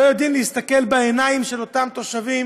לא יודעים להסתכל בעיניים של אותם תושבים